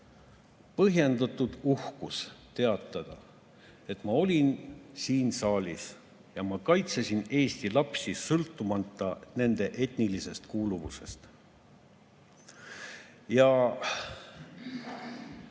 põhjendatud uhkus teatada, et ma olin siin saalis ja kaitsesin Eesti lapsi sõltumata nende etnilisest kuuluvusest. Üle